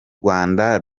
rwanda